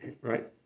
right